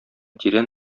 тирән